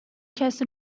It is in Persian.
کسی